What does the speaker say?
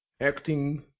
acting